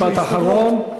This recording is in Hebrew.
משפט אחרון.